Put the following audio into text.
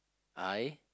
I